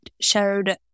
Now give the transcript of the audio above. showed